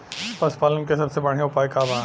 पशु पालन के सबसे बढ़ियां उपाय का बा?